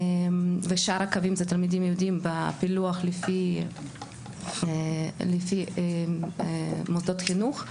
ושאר הקווים אלה תלמידים יהודיים בפילוח לפי מוסדות חינוך.